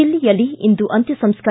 ದಿಲ್ಲಿಯಯಲ್ಲಿ ಇಂದು ಅಂತ್ಯ ಸಂಸ್ಕಾರ